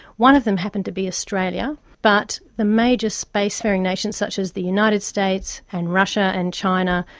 one of them happened to be australia, but the major space faring nations, such as the united states and russia and china,